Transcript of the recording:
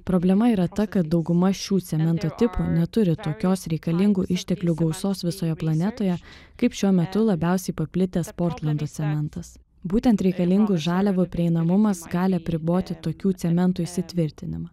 problema yra ta kad dauguma šių cemento tipų neturi tokios reikalingų išteklių gausos visoje planetoje kaip šiuo metu labiausiai paplitęs portlando cementas būtent reikalingų žaliavų prieinamumas gali apriboti tokių cementų įsitvirtinimą